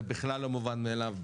זה בכלל לא מובן מאליו.